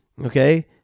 Okay